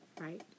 Right